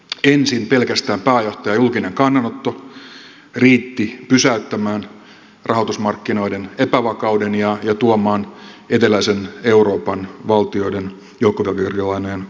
ensin pelkästään pääjohtajan julkinen kannanotto riitti pysäyttämään rahoitusmarkkinoiden epävakauden ja tuomaan eteläisen euroopan valtioiden joukkovelkakirjalainojen korot alas